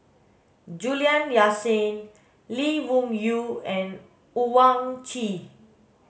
Juliana Yasin Lee Wung Yew and Owyang Chi